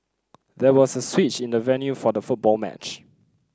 there was a switch in the venue for the football match